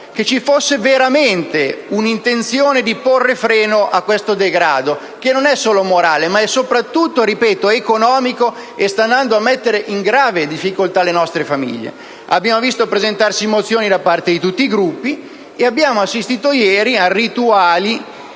che ci fosse veramente un'intenzione di porre freno a questo degrado, che non è solo morale, ma è soprattutto economico - ripeto - e che sta mettendo in grave difficoltà le nostre famiglie. Abbiamo visto presentare mozioni da parte di tutti i Gruppi e abbiamo assistito ieri a rituali